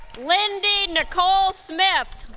lindy nicole smith